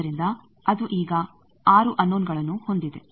ಆದ್ದರಿಂದ ಅದು ಈಗ 6 ಅನ್ನೋನಗಳನ್ನು ಹೊಂದಿದೆ